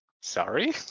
Sorry